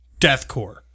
deathcore